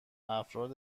افراد